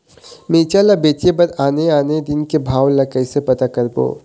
मिरचा ला बेचे बर आने आने दिन के भाव ला कइसे पता करबो?